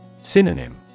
Synonym